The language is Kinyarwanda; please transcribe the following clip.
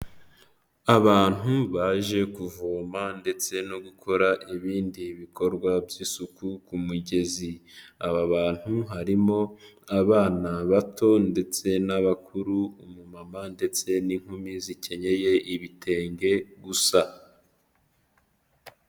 Abantu baje kuvoma ndetse no gukora ibindi bikorwa by'isuku ku mugezi; aba bantu harimo abana bato ndetse n'abakuru; umumama ndetse n'inkumi zikenyeye ibitenge gusa.